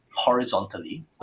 horizontally